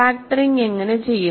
factoring എങ്ങനെ ചെയ്യും